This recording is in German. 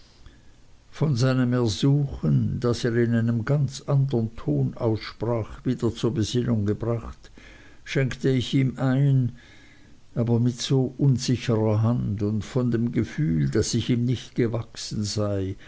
von seinem ersuchen das er in einem ganz andern ton aussprach wieder zur besinnung gebracht schenkte ich ihm ein aber mit so unsicherer hand und von dem gefühl daß ich ihm nicht gewachsen sei